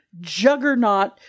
juggernaut